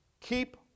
Keep